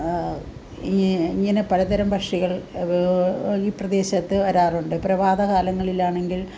ഈ ഇങ്ങനെ പലതരം പക്ഷികൾ ഈ പ്രദേശത്ത് വരാറുണ്ട് പ്രഭാത കാലങ്ങളിലാണെങ്കിൽ